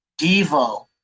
Devo